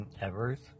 Evers